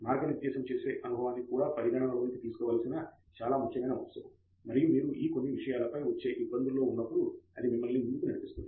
మార్గనిర్దేశం చేసే అనుభవాన్ని కూడా పరిగణన లోనికి తీసుకోవలసిన చాలా ముఖ్యమైన అంశము మరియు మీరు ఈ కొన్ని విషయాలపై వచ్చే ఇబ్బందుల్లో ఉన్నప్పుడు అదే మిమ్మల్ని ముందుకు నడిపిస్తుంది